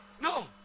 no